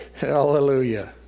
Hallelujah